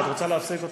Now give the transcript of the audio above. את רוצה להפסיק אותו?